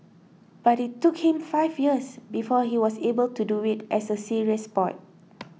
but it took him five years before he was able to do it as a serious sport